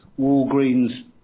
Walgreens